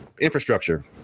infrastructure